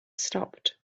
stopped